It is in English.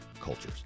cultures